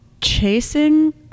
chasing